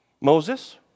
Moses